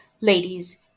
Ladies